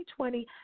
2020